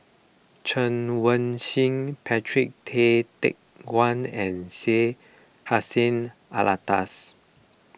Chen Wen Hsi Patrick Tay Teck Guan and Syed Hussein Alatas